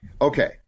Okay